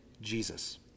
Jesus